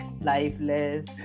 lifeless